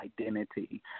identity